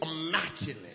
immaculate